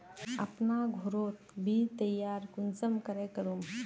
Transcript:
अपना घोरोत बीज तैयार कुंसम करे करूम?